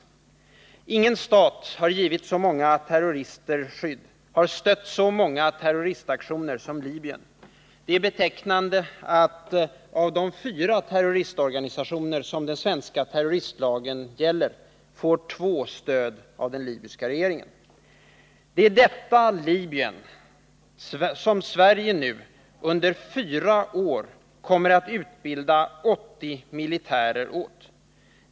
Ingen stat har givit så många terrorister skydd och stött så många terroristaktioner som Libyen. Det är betecknande att två av de fyra terroristorganisationer som den svenska terroristlagen gäller får stöd av den libyska regeringen. Det är åt detta Libyen som Sverige nu under fyra år kommer att utbilda 80 militärer.